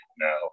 now